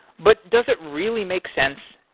but does it really make sense?